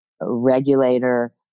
regulator